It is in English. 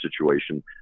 situation